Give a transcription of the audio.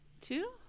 two